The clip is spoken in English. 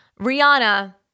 Rihanna